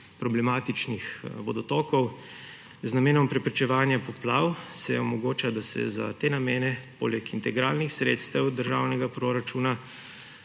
problematični vodotokov z namenom preprečevanja poplav se omogoča, da se za te namene poleg integralnih sredstev državnega proračuna